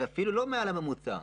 ואפילו לא מעל הממוצע,